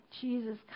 Jesus